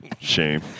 Shame